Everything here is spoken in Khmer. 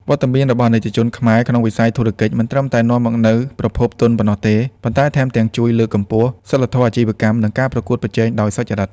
វត្តមានរបស់អាណិកជនខ្មែរក្នុងវិស័យធុរកិច្ច មិនត្រឹមតែនាំមកនូវប្រភពទុនប៉ុណ្ណោះទេ ប៉ុន្តែថែមទាំងជួយលើកកម្ពស់ សីលធម៌អាជីវកម្ម និងការប្រកួតប្រជែងដោយសុច្ចរិត។